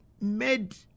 made